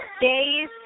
days